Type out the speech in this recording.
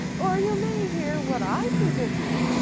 or you may hear what i think of you,